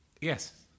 Yes